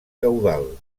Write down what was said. caudal